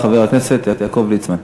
חבר הכנסת יעקב ליצמן.